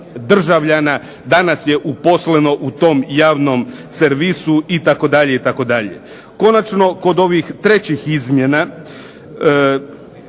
državljana danas je uposleno u tom javnom servisu itd., itd. Konačno kod ovih trećih izmjena,